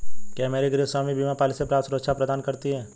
क्या मेरी गृहस्वामी बीमा पॉलिसी पर्याप्त सुरक्षा प्रदान करती है?